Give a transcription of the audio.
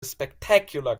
spectacular